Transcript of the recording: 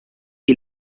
que